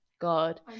God